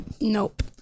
Nope